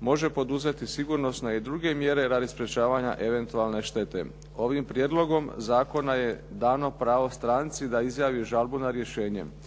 može poduzeti sigurnosne i druge mjere radi sprečavanja eventualne štete. Ovim prijedlogom zakona je dano pravo stranci da izjavi žalbu na rješenje